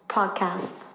Podcast